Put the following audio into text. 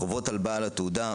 חובות על בעל התעודה,